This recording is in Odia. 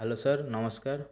ହ୍ୟାଲୋ ସାର୍ ନମସ୍କାର